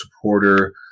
supporter